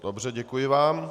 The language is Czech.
Dobře, děkuji vám.